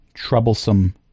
Troublesome